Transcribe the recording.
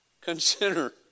Consider